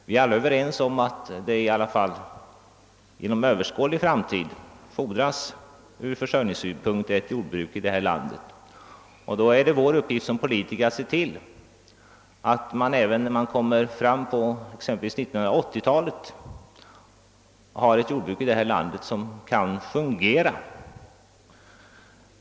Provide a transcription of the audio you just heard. Vi är alla överens om att det i varje fall inom överskådlig framtid ur försörjningssynpunkt fordras ett jordbruk i detta land. Då är det vår uppgift som politiker att se till att det även på 1980-talet finns ett jordbruk i detta land som kan fungera.